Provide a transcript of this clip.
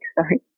sorry